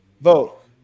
Vote